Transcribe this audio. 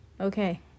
Okay